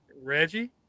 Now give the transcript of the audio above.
Reggie